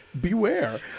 beware